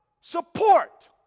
support